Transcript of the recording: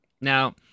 Now